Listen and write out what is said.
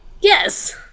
Yes